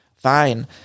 Fine